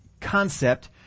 concept